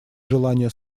желания